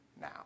now